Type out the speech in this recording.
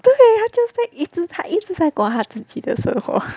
对他就在一直他一直在管他自己的生活